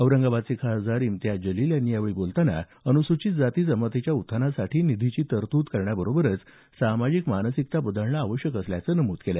औरंगाबादचे खासदार इम्तियाज जलिल यांनी यावेळी बोलताना अनुसूचित जाती जमातीच्या उत्थानासाठी निधीची तरतूद करण्याबरोबरच सामजिक मानसिकता बदलणं आवश्यक असल्याचं नमूद केलं